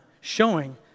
showing